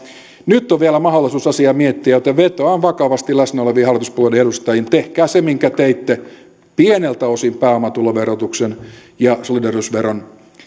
nyt on vielä mahdollisuus asiaa miettiä joten vetoan vakavasti läsnä oleviin hallituspuolueiden edustajiin tehkää se minkä teitte pieneltä osin pääomatuloverotuksen ja solidaarisuusveron